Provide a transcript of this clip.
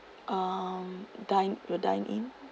uh dine we'll dine in